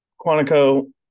Quantico